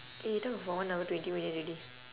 eh we done for one hour twenty minute already